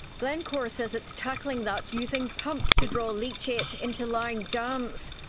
glencore says it's tackling that using pumps to draw leachate into lined dams.